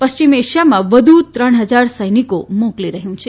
પશ્ચિમ એશિયામાં વધુ ત્રણ હજાર સૈનિકો મોકલી રહયું છે